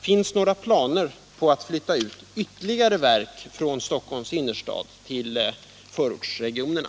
Finns det några planer på att flytta ut ytterligare verk från Stockholms innerstad till förortsregionerna?